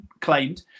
claimed